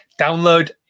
Download